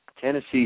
Tennessee